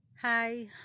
hi